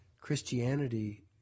Christianity